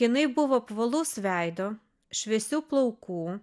jinai buvo apvalaus veido šviesių plaukų